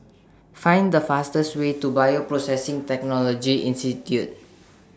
Find The fastest Way to Bioprocessing Technology Institute